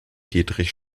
dietrich